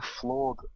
flawed